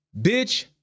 Bitch